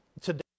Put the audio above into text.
today